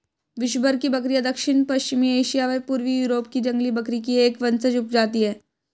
विश्वभर की बकरियाँ दक्षिण पश्चिमी एशिया व पूर्वी यूरोप की जंगली बकरी की एक वंशज उपजाति है